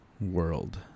world